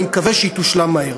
ואני מקווה שהיא תושלם מהר.